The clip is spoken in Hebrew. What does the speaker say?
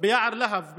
ביער להב,